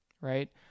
right